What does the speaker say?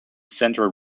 centre